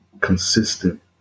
consistent